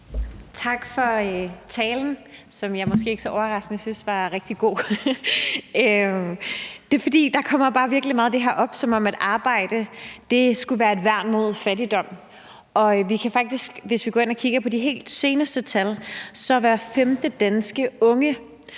Tak for talen, som jeg måske ikke så overraskende syntes var rigtig god. Det kommer bare virkelig meget op, at arbejde skulle være et værn mod fattigdom. Hvis vi kigger på de seneste tal, kan vi se, er hver femte danske unge